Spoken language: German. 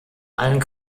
allen